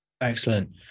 Excellent